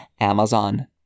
Amazon